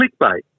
clickbait